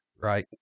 right